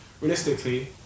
realistically